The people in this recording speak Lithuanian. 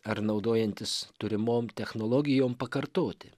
ar naudojantis turimom technologijom pakartoti